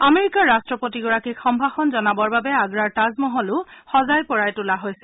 আমেৰিকাৰ ৰট্টপতিগৰাকীক সম্ভাযণ জনাবৰ বাবে আগ্ৰাৰ তাজমহল সজাই পৰাই তোলা হৈছে